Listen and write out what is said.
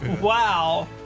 Wow